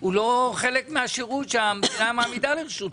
הוא לא חלק מהשירות שהמדינה מעמידה לרשותו?